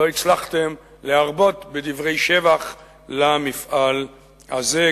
לא הצלחתם להרבות בדברי שבח למפעל הזה,